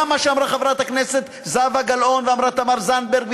גם מה שאמרו חברת הכנסת זהבה גלאון וחברת הכנסת זנדברג,